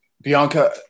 Bianca